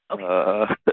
Okay